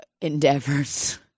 endeavors